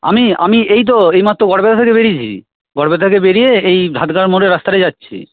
আমি আমি এই তো এইমাত্র গড়বেতা থেকে বেরিয়েছি গড়বেতা থেকে বেরিয়ে এই ঘাটদার মোড়ে রাস্তাটায় যাচ্ছি